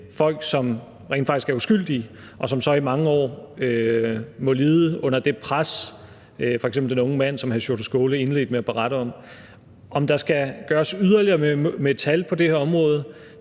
folk, som rent faktisk er uskyldige, og som så i mange år må lide under det pres, f.eks. den unge mand, som hr. Sjúrður Skaale indledte med at berette om. Om der skal gøres yderligere med tal på det her område,